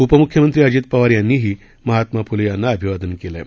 उपमुख्यमंत्री अजित पवार यांनीही महात्मा फुले यांना अभिवादन केलं आहे